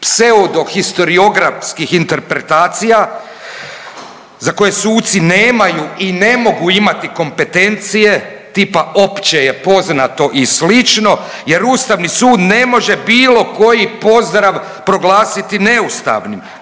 pseudohisteriografskih interpretacija za koje suci nemaju i ne mogu imati kompetencije tipa „opće je poznato“ i slično jer ustavni sud ne može bilo koji pozdrav proglasiti neustavnim.